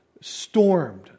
stormed